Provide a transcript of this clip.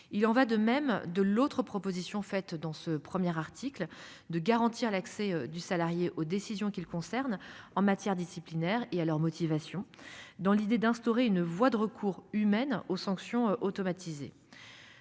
Il en va de même de l'autre proposition faite dans ce premier article de garantir l'accès du salarié aux décisions qui le concernent en matière disciplinaire et à leurs motivations dans l'idée d'instaurer une voie de recours humaine aux sanctions automatisé.